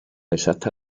exacta